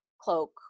cloak